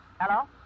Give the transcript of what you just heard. Hello